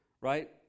right